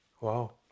wow